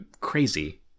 crazy